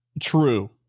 True